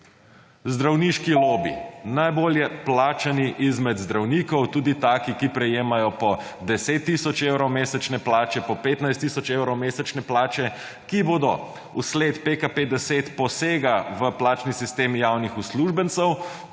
Zdravniški lobi najbolj plačani izmed zdravnikov tudi taki, ki prejemajo po 10 tisoč evrov mesečne plače, po 15 tisoč evrov mesečne plače, ki bodo v sled PKP-10 posega v plačni sistem javnih uslužbencev